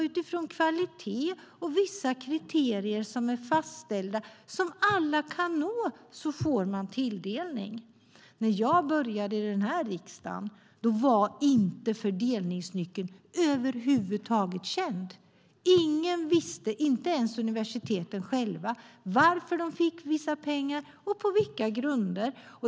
Utifrån kvalitet och vissa kriterier som är fastställda, som alla kan nå, får man tilldelning. När jag började i den här riksdagen var inte fördelningsnyckeln över huvud taget känd. Ingen visste, inte ens universiteten själva, varför de fick vissa pengar och på vilka grunder.